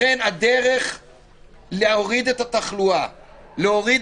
לכן הדרך להוריד את התחלואה ולהוריד